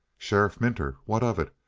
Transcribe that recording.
sheriff minter? what of it?